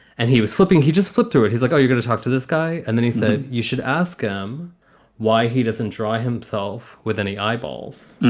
and he was flipping. he just flipped through it. he's like, oh, you gonna to talk to this guy? and then he said, you should ask him why he doesn't draw himself with any eyeballs.